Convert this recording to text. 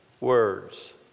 Words